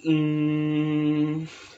mm